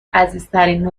عزیزترین